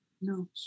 No